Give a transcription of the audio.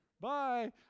Bye